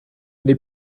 n’est